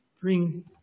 bring